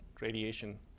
radiation